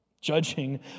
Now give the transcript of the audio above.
Judging